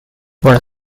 were